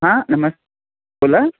हां नमस् बोला